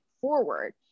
forward